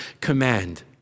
command